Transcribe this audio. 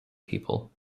people